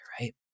right